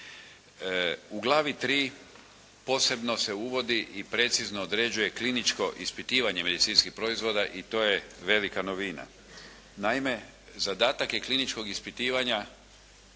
U glavi 3 posebno se uvodi i precizno određuje kliničko ispitivanje medicinskih proizvoda i to je velika novina. Naime, zadatak je kliničkog ispitivanja